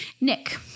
Nick